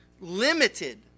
limited